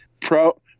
pro